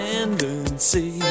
Tendency